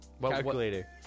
Calculator